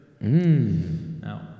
Now